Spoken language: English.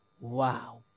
Wow